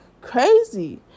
crazy